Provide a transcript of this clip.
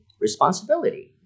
responsibility